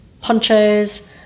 ponchos